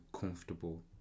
comfortable